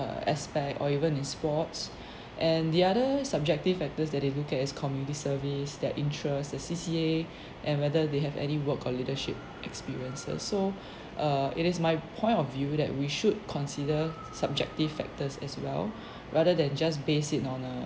aspect or even in sports and the other subjective factors that they look at is community service their interest the C_C_A and whether they have any work or leadership experiences so err it is my point of view that we should consider subjective factors as well rather than just base it on a